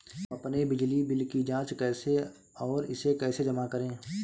हम अपने बिजली बिल की जाँच कैसे और इसे कैसे जमा करें?